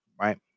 right